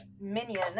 minion